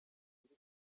ikipe